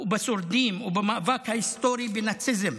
ובשורדים ובמאבק ההיסטורי בנאציזם